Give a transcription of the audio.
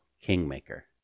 kingmaker